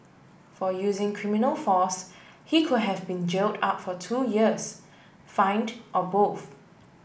for using criminal force he could have been jailed up for two years fined or both